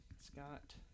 Scott